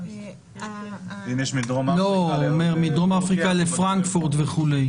הוא אומר מדרום אפריקה לפרנקפורט וכו'.